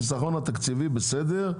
החיסכון התקציבי בסדר,